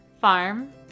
Farm